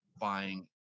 buying